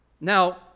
now